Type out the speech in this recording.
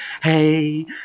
Hey